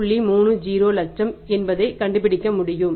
30 லட்சம் என்பதைக் கண்டுபிடிக்க முடியும்